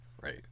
Right